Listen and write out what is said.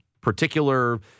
particular